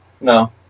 no